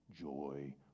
joy